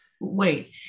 Wait